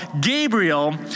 Gabriel